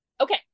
Okay